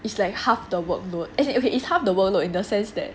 it's like half the workload as in okay is half the workload in the sense that